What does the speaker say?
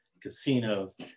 casinos